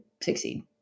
succeed